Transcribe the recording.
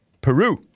Peru